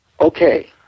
Okay